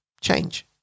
change